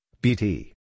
B-T